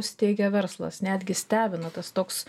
steigia verslas netgi stebina tas toks